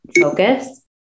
focus